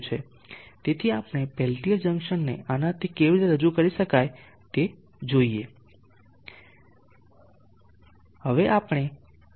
તેથી આપણે પેલ્ટીયર જંકશનને આનાથી કેવી રીતે રજૂ કરી શકીએ છીએ તે જોઈએ